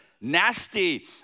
nasty